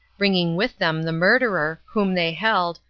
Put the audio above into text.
bringing with them the murderer, whom they held,